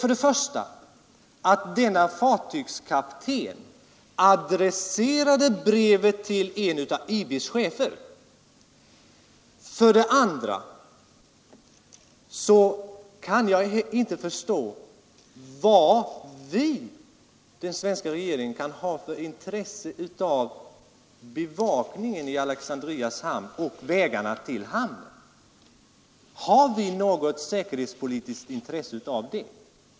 För det första adresserade denne fartygskapten brevet till en av IB: chefer. För det andra kan jag inte förstå vad den svenska regeringen har för intresse av att bevaka Alexandrias hamn och vägarna till hamnen. Har vi något säkerhetspolitiskt intresse av det?